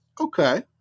okay